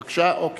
בבקשה, אוקיי.